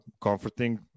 comforting